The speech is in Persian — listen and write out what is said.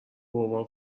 حباب